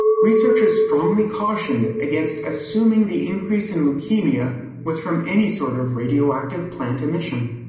researchers strongly cautioned against assuming the increase in leukemia which from any sort of radioactive plant emission.